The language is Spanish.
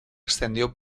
extendió